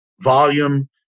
volume